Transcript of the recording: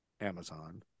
Amazon